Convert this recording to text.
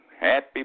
Happy